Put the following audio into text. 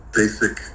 basic